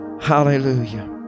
hallelujah